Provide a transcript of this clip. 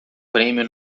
prêmio